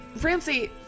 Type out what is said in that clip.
Ramsey